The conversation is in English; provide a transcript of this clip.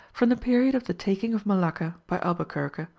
from the period of the taking of malacca by albuquerque,